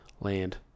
land